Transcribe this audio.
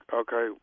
okay